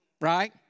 Right